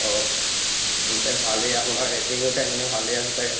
অঁ তেন্তে ভালে আপোনাৰ ৰেটিঙো তেনেহ'লে ভালে আহে ছাগে